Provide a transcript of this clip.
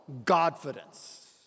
Godfidence